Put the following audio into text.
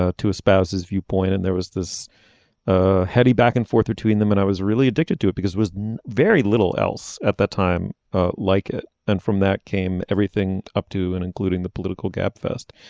ah to espouse his viewpoint and there was this ah heavy back and forth between them and i was really addicted to it because was very little else at that time like it. and from that came everything up to and including the political gabfest.